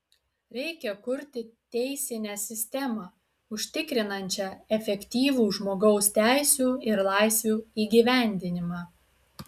reikia kurti teisinę sistemą užtikrinančią efektyvų žmogaus teisių ir laisvių įgyvendinimą